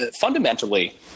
fundamentally